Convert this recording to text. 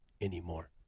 anymore